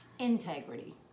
Integrity